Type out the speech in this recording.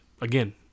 Again